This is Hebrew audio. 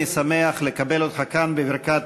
אני שמח לקבל אותך כאן בברכת